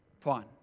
fine